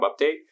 update